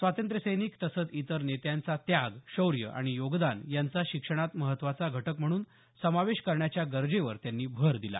स्वातंत्र्य सैनिक तसंच इतर नेत्यांचा त्याग शौर्य आणि योगदान यांचा शिक्षणात महत्त्वाचा घटक म्हणून समावेश करण्याच्या गरजेवर त्यांनी भर दिला